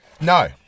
No